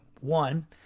One